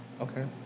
Okay